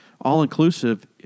all-inclusive